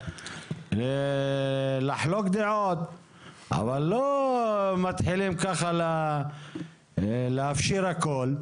לחלוק דעות אבל לא מתחילים לאפשר הכול.